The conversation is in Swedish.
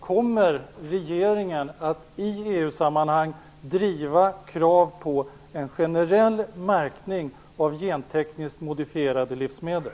Kommer regeringen att i EU-sammanhang driva krav på en generell märkning av gentekniskt modifierade livsmedel?